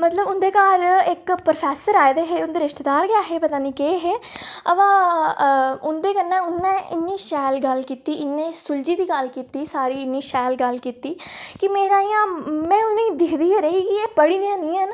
मतलब होंदे घर इक प्रोफैसर आए दे हे उं'दे रिश्तेदार गै हे पता निं केह् हे पर उं'दे कन्नै उ'नें इन्नी शैल गल्ल कीती इन्नी सुलझी दी गल्ल कीती सारी इन्नी शैल गल्ल कीती कि में उ'नें ई दिखदे गै रेही कि इन्नी पढ़ी दी निं ऐ न